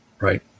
right